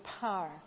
power